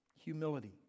Humility